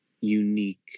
unique